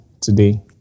today